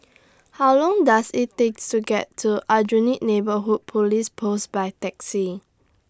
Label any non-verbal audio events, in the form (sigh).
(noise) How Long Does IT Take to get to Aljunied Neighbourhood Police Post By Taxi